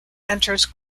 enters